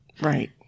Right